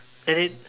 let it